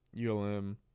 ULM